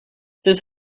this